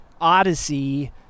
odyssey